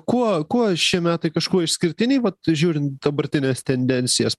kuo kuo šie metai kažkuo išskirtiniai vat žiūrint dabartines tendencijas